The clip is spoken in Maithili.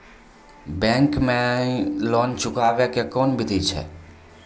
बैंक माई लोन चुकाबे के कोन बिधि छै?